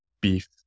beef